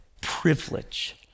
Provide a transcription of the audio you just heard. privilege